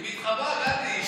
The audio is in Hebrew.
היא מתחבאת, גדי.